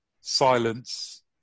silence